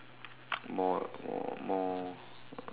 more more more uh